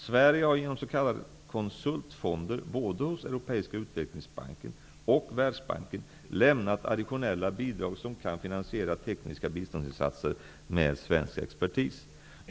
Sverige har genom s.k. konsultfonder både hos Europeiska utvecklingsbanken och Världsbanken lämnat additionella bidrag som kan finansiera tekniska biståndsinsatser med svensk expertis.